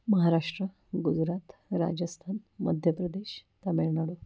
Maharashtra Gujarat Rajasthan Madhya Pradesh Tamil Nadu